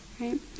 right